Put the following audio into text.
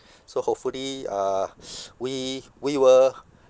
so hopefully uh we we will